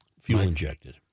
fuel-injected